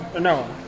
No